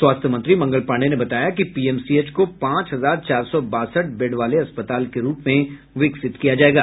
स्वास्थ्य मंत्री मंगल पांडेय ने बताया कि पीएमसीएच को पांच हजार चार सौ बासठ बेड वाले अस्पताल के रूप में विकसित किया जायेगा